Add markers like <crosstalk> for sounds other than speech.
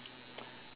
<noise>